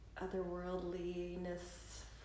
otherworldliness